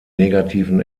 negativen